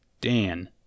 Dan